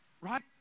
right